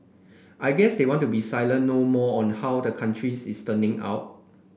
I guess they want to be silent no more on how the country is turning out